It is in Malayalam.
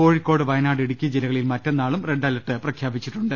കോഴിക്കോട് വയ നാട് ഇടുക്കി ജില്ലകളിൽ മറ്റന്നാളും റെഡ് അലർട്ട് പ്രഖ്യാപിച്ചിട്ടുണ്ട്